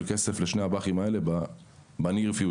כסף לשני הבא"חים האלה בעתיד הקרוב.